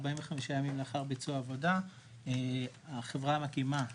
45 ימים לאחר ביצוע העבודה החברה מקימה,